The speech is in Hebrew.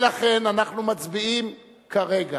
לכן אנחנו מצביעים כרגע,